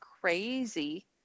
crazy